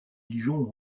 dijon